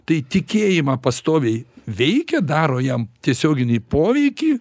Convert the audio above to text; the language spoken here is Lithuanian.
tai tikėjimą pastoviai veikia daro jam tiesioginį poveikį